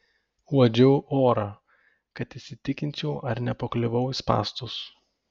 uodžiau orą kad įsitikinčiau ar nepakliuvau į spąstus